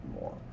more